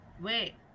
Wait